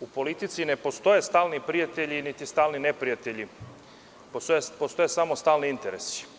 u politici ne postoje stalni prijatelji niti stalni neprijatelji, postoje samo stalni interesi.